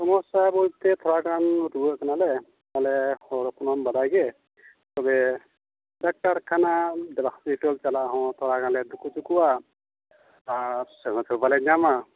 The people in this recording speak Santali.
ᱥᱚᱢᱚᱥᱥᱟ ᱵᱚᱞᱛᱮ ᱛᱷᱚᱲᱟᱜᱟᱱ ᱨᱩᱣᱟᱹᱜ ᱠᱟᱱᱟᱞᱮ ᱛᱟᱦᱚᱞᱮ ᱦᱚᱲ ᱦᱚᱯᱚᱱ ᱢᱟᱢ ᱵᱟᱰᱟᱭᱜᱮ ᱛᱚᱵᱮ ᱰᱟᱠᱛᱟᱨ ᱠᱷᱟᱱᱟ ᱦᱚᱥᱯᱤᱴᱚᱞ ᱪᱟᱞᱟᱜ ᱦᱚᱸ ᱛᱷᱚᱲᱟᱜᱟᱱ ᱞᱮ ᱫᱷᱩᱠᱩᱯᱩᱠᱩᱜᱼᱟ ᱟᱨ ᱥᱟᱦᱚᱥ ᱦᱚᱸ ᱵᱟᱝᱞᱮ ᱧᱟᱢᱟ